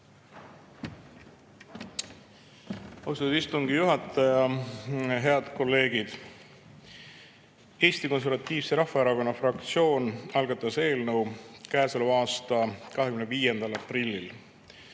istungi juhataja! Head kolleegid! Eesti Konservatiivse Rahvaerakonna fraktsioon algatas eelnõu käesoleva aasta 25. aprillil.